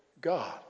God